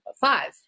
Five